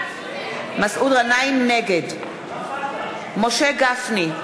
נגד משה גפני,